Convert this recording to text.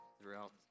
Throughout